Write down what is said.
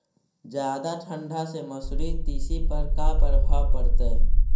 जादा ठंडा से मसुरी, तिसी पर का परभाव पड़तै?